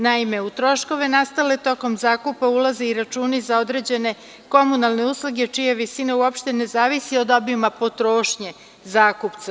Naime, u troškove nastale tokom zakupa ulaze i računi za određene komunalne usluge, čije visine uopšte ne zavise od obima potrošnje zakupca.